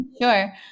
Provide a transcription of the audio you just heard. Sure